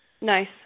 Nice